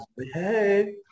Hey